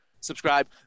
Subscribe